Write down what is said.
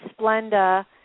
Splenda